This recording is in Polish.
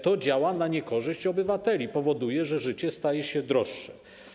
To działa na niekorzyść obywateli, powoduje, że życie staje się droższe.